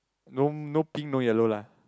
no no pink no yellow lah